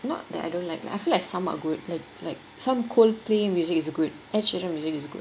not that I don't like lah I feel like some are good like like some coldplay music is a ed sheeran music is good